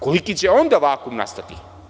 Koliki će onda vakuum nastati?